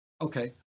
Okay